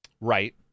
Right